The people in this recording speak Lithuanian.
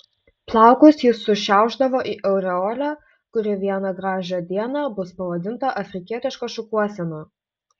plaukus jis sušiaušdavo į aureolę kuri vieną gražią dieną bus pavadinta afrikietiška šukuosena